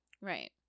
Right